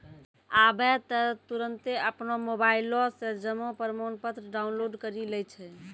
आबै त तुरन्ते अपनो मोबाइलो से जमा प्रमाणपत्र डाउनलोड करि लै छै